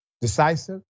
Decisive